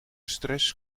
stress